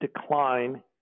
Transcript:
decline